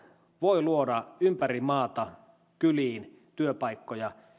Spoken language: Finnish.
voi luoda ympäri maata kyliin työpaikkoja